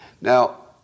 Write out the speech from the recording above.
Now